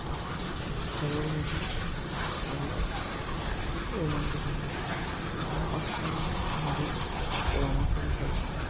তাৰপাছত হ'ৰৰ মুভি আৰু এই ৰোমাণ্টিক মুভি কেইখন পাঁচখনমান মুভিৰ পৰামৰ্শ বিচাৰিছিলোঁ